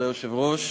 כבוד היושב-ראש